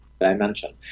Dimension